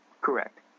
Correct